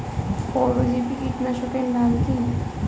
পরজীবী কীটনাশকের নাম কি?